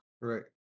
Right